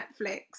Netflix